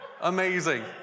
Amazing